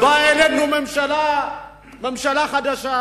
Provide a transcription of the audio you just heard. באה אלינו ממשלה חדשה,